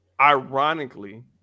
ironically